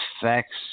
affects